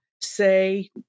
say